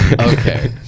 okay